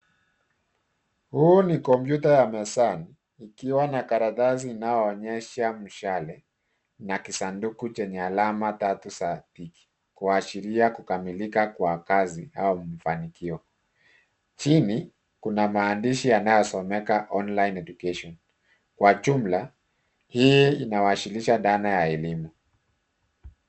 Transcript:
Huu ni kompyuta wa mezani. Ikiwa na karatasi inayo onyesha mshale na kisanduku chenye alama tatu zaa tiki kuashiria kukamilika kwa kazi au mfanikio. Chini, kuna maandishi yanayasomeka online education . Kwa jumla, hii inawasilisha dhana ya elimu.